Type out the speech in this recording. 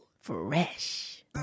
Fresh